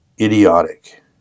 idiotic